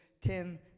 ten